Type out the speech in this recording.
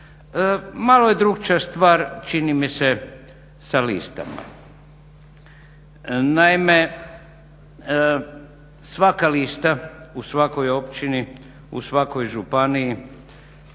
Malo je drukčija stvar čini mi se sa listama. Naime, svaka lista u svakoj općini, u svakoj županiji,